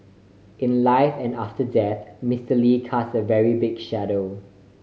in life and after death Mister Lee casts a very big shadow